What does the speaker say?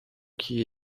que